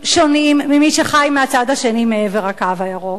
שונים מאלה של מי שחי מהצד השני של ה"קו הירוק"?